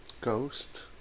ghost